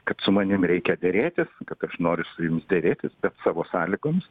kad su manim reikia derėtis kad aš noriu su jumis derėtis bet savo sąlygomis